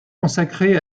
consacré